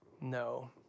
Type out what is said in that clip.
no